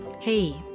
Hey